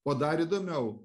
o dar įdomiau